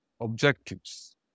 objectives